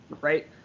right